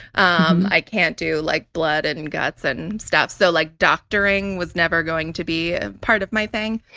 um i can't do like blood and and guts and and stuff. so like doctoring was never going to be a part of my thing.